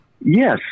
Yes